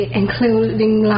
including